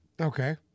Okay